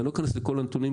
אני לא אכנס לכל הנתונים,